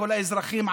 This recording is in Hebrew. לכל האזרחים,